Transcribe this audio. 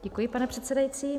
Děkuji, pane předsedající.